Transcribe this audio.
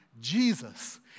Jesus